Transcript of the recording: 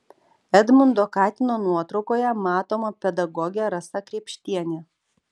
edmundo katino nuotraukoje matoma pedagogė rasa krėpštienė